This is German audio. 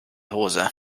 hose